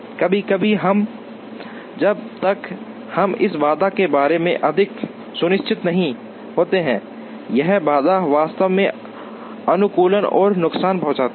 कभी कभी जब तक हम इस बाधा के बारे में बहुत सुनिश्चित नहीं होते हैं यह बाधा वास्तव में अनुकूलन को नुकसान पहुंचा सकती है